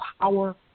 power